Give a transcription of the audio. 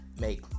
make